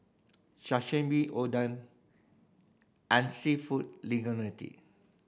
Sashimi Oden and Seafood